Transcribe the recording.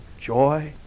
joy